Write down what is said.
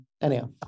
Anyhow